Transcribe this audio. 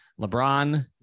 LeBron